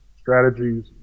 strategies